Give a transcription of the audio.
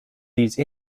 these